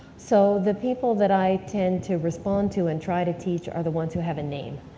so the people that i tend to respond to and try to teach are the ones who have a name,